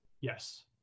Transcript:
Yes